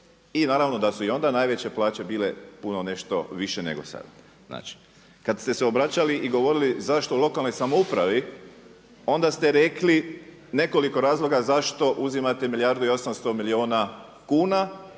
I naravno da su i onda najveće plaće bile puno nešto više nego sada. Kad ste se obraćali i govorili zašto lokalnoj samoupravi, onda ste rekli nekoliko razloga zašto uzimate milijardu